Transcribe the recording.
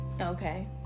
Okay